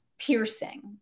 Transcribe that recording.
piercing